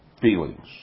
feelings